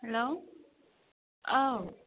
hello औ